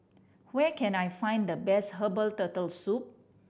where can I find the best herbal Turtle Soup